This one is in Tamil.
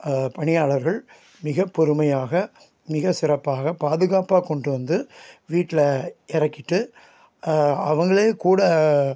பணியாளர்கள் மிக பொறுமையாக மிக சிறப்பாக பாதுகாப்பாக கொண்டுட்டு வந்து வீட்டில் இறக்கிட்டு அவங்களேகூட